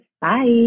Bye